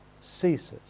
ceases